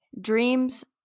dreams